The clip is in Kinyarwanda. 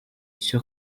icyo